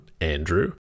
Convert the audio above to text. Andrew